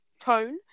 Tone